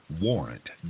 warrant